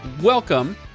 welcome